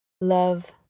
Love